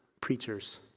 preachers